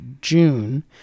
June